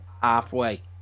halfway